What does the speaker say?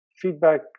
feedback